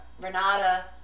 Renata